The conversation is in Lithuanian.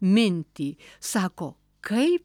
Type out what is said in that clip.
mintį sako kaip